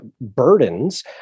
burdens